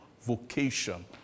vocation